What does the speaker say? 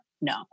No